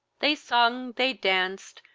they sung, they danced,